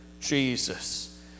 Jesus